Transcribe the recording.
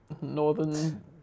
northern